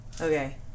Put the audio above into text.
Okay